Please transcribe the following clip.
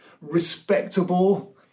respectable